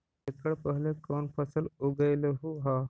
एकड़ पहले कौन फसल उगएलू हा?